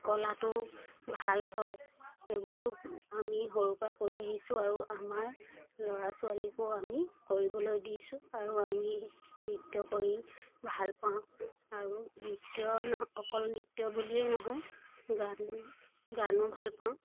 কলাটো ভাল হয় সেইবোৰ আমি সৰুৰ পৰা কৰি আহিছোঁ আৰু আমাৰ ল'ৰা ছোৱালীকো আমি কৰিবলৈ দিছোঁ আৰু আমি নৃত্য কৰি ভাল পাওঁ আৰু নৃত্য নহয় অকল নৃত্য বুলিয়েও নহয় গান গানো ভাল পাওঁ